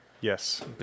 Yes